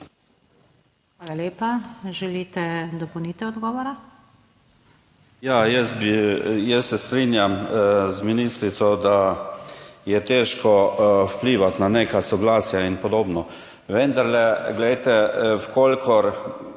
Hvala lepa. Želite dopolnitev odgovora?